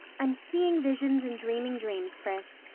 i'm seeing visions and dreaming dreams, pris.